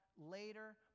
later